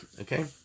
okay